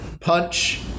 punch